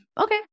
Okay